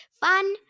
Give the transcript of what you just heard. Fun